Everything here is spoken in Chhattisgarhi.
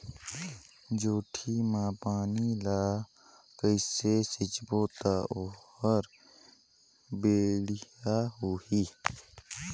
जोणी मा पानी ला कइसे सिंचबो ता ओहार बेडिया होही?